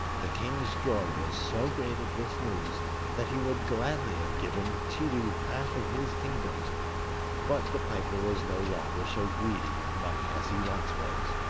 the king's joy was so great at this news that he would gladly have given tiidu half of his kingdom but the piper was no longer so greedy of money as he once was,